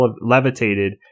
levitated